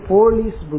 Police